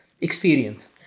experience